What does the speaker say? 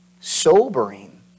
sobering